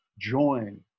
join